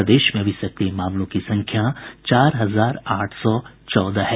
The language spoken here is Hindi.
प्रदेश में अभी सक्रिय मामलों की संख्या चार हजार आठ सौ चौदह है